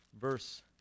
verse